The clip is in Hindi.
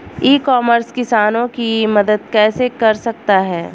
ई कॉमर्स किसानों की मदद कैसे कर सकता है?